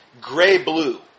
gray-blue